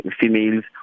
females